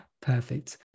Perfect